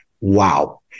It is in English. Wow